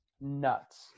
nuts